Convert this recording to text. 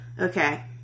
Okay